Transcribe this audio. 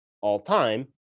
all-time